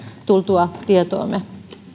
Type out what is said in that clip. tultua tietoomme